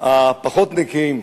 הפחות נקיים,